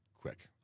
quick